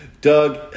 Doug